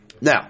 Now